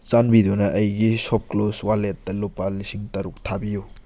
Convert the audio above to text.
ꯆꯥꯟꯕꯤꯗꯨꯅ ꯑꯩꯒꯤ ꯁꯣꯞꯀ꯭ꯂꯨꯁ ꯋꯥꯂꯦꯠꯇ ꯂꯨꯄꯥ ꯂꯤꯁꯤꯡ ꯇꯔꯨꯛ ꯊꯥꯕꯤꯌꯨ